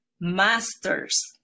masters